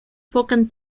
evocan